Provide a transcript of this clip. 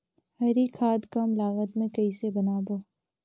हरी खाद कम लागत मे कइसे बनाबो?